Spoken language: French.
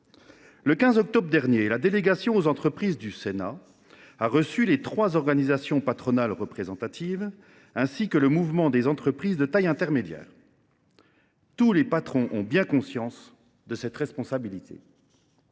Le 15 octobre dernier, la délégation aux entreprises du Sénat a reçu les trois organisations patronales représentatives, ainsi que le Mouvement des entreprises de taille intermédiaire (Meti) : tous les patrons, je peux vous le dire, ont bien conscience de cette responsabilité